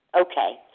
Okay